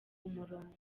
umurongo